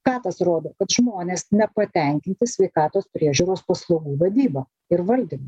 ką tas rodo kad žmonės nepatenkinti sveikatos priežiūros paslaugų vadyba ir valdymu